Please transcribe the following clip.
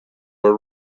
were